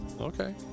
okay